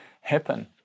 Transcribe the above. happen